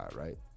right